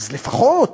אז לפחות תשקיעו,